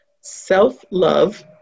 Self-love